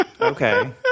Okay